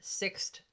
sixth